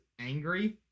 angry